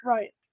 Right